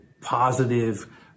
positive